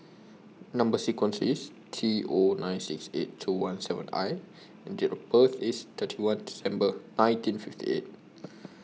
Number sequence IS T O nine six eight two one seven I and Date of birth IS thirty one December nineteen fifty eight